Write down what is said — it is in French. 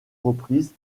reprises